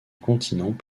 continent